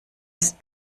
ist